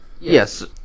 Yes